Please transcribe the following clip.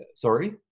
sorry